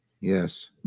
Yes